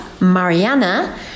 Mariana